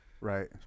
right